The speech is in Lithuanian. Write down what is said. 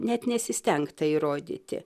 net nesistengta įrodyti